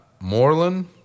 Moreland